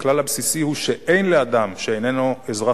הכלל הבסיסי הוא שאין לאדם שאיננו אזרח